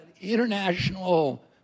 international